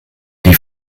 die